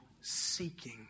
seeking